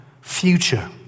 future